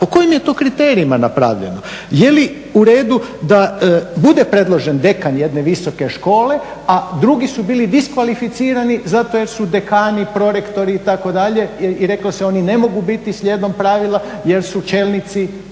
Po kojim je to kriterijima napravljeno? Je li u redu da bude predložen dekan jedne visoke škole, a drugi su bili diskvalificirani zato jer su dekani, prorektori itd. i reklo se oni ne mogu biti slijedom pravila jer su čelnici